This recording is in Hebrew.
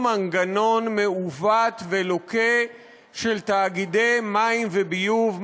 מנגנון מעוות ולוקה של תאגידי מים וביוב,